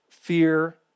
fear